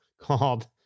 called